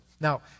now